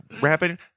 rapping